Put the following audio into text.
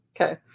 Okay